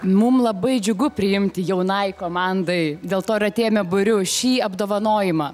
mum labai džiugu priimti jaunai komandai dėl to ir atėjome būriu šį apdovanojimą